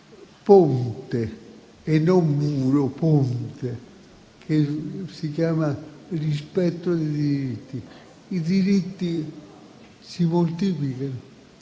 ponte - non muro, ma ponte - che si chiama rispetto dei diritti. I diritti si moltiplicano,